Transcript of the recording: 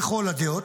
לכל הדעות,